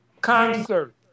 concert